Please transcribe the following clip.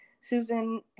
Susan